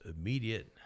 immediate